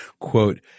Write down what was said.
Quote